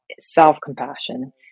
self-compassion